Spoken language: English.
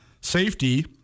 safety